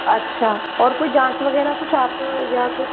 अच्छा और कोई जाँच वगैरह कुछ आप या कुछ